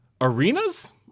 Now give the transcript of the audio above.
arenas